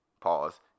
pause